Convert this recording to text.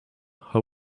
how